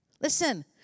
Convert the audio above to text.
Listen